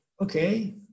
okay